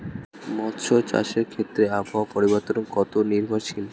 মৎস্য চাষের ক্ষেত্রে আবহাওয়া পরিবর্তন কত নির্ভরশীল?